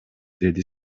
деди